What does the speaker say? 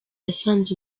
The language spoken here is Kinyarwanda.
yasanze